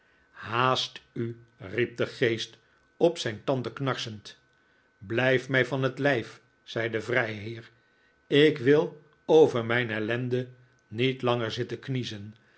haast u riep de geest op zijn tanden knarsend blijf mij van het lijf zei de vrijheer ik wil over mijn ellende niet langer zitten kniezen